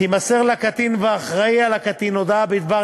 תימסר לקטין ולאחראי לקטין הודעה בדבר